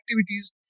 activities